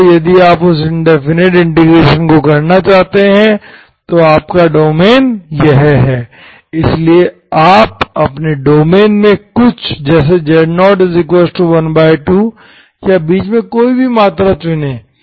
यदि आप उस इंडेफिनिट इंटीग्रेशन को करना चाहते हैं तो आपका डोमेन यह है इसलिए आप अपने डोमेन में कुछ जैसे z012या बीच में कोई भी मात्रा चुनें